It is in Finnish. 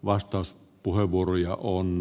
vastauspuheenvuoroja on